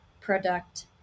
product